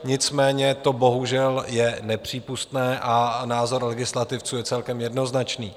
Nicméně to bohužel je nepřípustné a názor legislativců je celkem jednoznačný.